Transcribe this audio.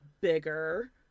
bigger